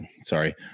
sorry